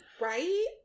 Right